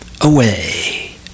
away